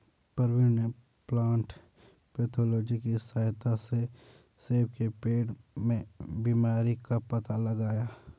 प्रवीण ने plant pathology की सहायता से सेब के पेड़ में बीमारी का पता लगाया